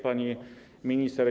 Pani Minister!